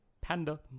panda